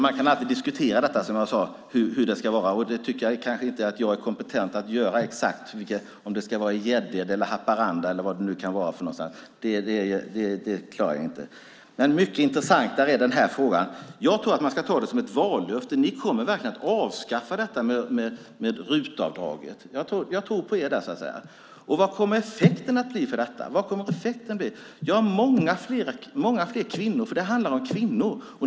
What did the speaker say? Man kan alltid diskutera hur det ska vara, men jag är kanske inte kompetent att avgöra exakt om det ska vara i Gäddede eller Haparanda eller var det nu kan vara. Det klarar jag inte. Mycket intressantare är den här frågan: Jag tror att man ska ta det som ett vallöfte att ni verkligen kommer att avskaffa RUT-avdraget. Jag tror på er. Vad kommer effekten att bli av detta? Det handlar om kvinnor.